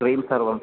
cream सर्वं